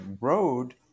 road